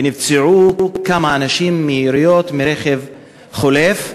ונפצעו כמה אנשים מיריות מרכב חולף,